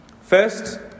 First